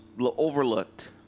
overlooked